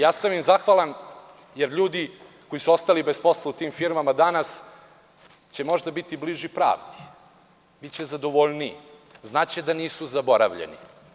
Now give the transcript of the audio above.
Ja sam im zahvalan jer ljudi koji su ostali bez posla u tim firmama danas će možda biti bliži pravdi, biće zadovoljniji, znaće da nisu zaboravljeni.